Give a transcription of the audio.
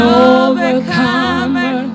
overcomer